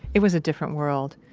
it was a different world.